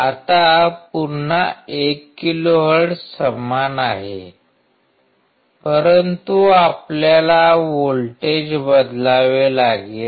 आता पुन्हा 1 किलोहर्ट्झ समान आहे परंतु आपल्याला व्होल्टेज बदलावे लागले